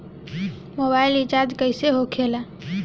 Mobile recharge कैसे होखे ला?